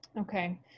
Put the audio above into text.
Okay